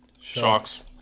Sharks